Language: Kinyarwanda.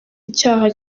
icyaha